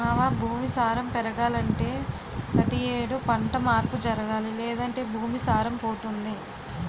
మావా భూమి సారం పెరగాలంటే పతి యేడు పంట మార్పు జరగాలి లేదంటే భూమి సారం పోతుంది